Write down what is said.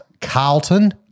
Carlton